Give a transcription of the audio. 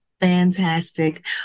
Fantastic